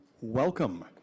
Welcome